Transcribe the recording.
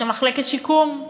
יש שם מחלקת שיקום.